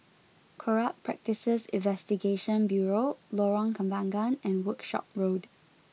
Corrupt Practices Investigation Bureau Lorong Kembangan and Workshop Road